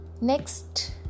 Next